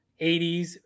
80s